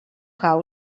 hau